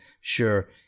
sure